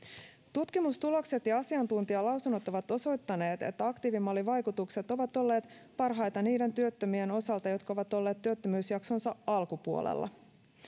tutkimustulokset ja asiantuntijalausunnot ovat osoittaneet että aktiivimallin vaikutukset ovat olleet parhaita niiden työttömien osalta jotka ovat olleet työttömyysjaksonsa alkupuolella